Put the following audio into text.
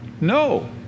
No